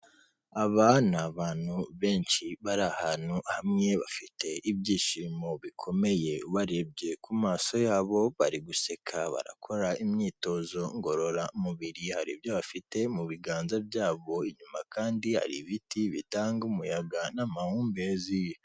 Aba ni abantu benshi bari ahantu hamwe bafite ibyishimo bikomeye ubarebye ku maso yabo bariguseka, barakora imyitozo ngororamubiri, hari ibyo bafite mu biganza byabo. Inyuma kandi hari ibiti bitanga umuyaga n'amahumbezi.